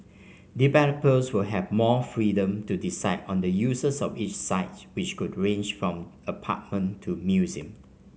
developers will have more freedom to decide on the uses of each site which could range from apartment to museum